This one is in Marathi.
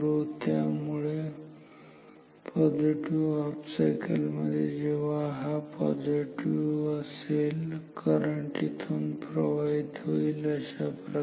त्यामुळे पॉझिटिव्ह सायकल मध्ये जेव्हा हा पॉझिटिव्ह असेल करंट इथून प्रवाहित होईल अशाप्रकारे